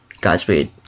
Godspeed